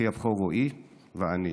אחי הבכור רועי ואני.